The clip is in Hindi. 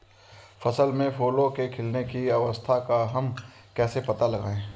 फसल में फूलों के खिलने की अवस्था का हम कैसे पता लगाएं?